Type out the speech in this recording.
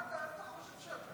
מה זה ההתנהגות הזאת?